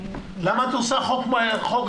למה את עושה חוק רחב?